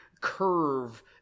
curve